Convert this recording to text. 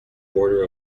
border